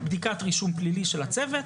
בדיקת רישום פלילי של הצוות,